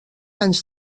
anys